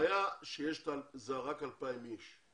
הבעיה שאלה רק 2,000 אנשים.